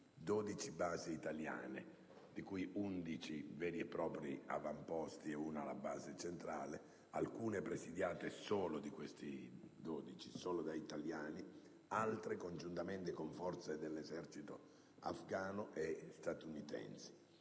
12 basi italiane, di cui 11 veri e propri avamposti e una base centrale, alcune presidiate solo da italiani, altre congiuntamente con forze dell'esercito afgano e statunitense.